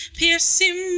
piercing